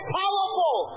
powerful